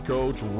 Coach